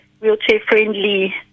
wheelchair-friendly